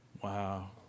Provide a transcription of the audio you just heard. Wow